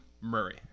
Murray